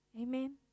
Amen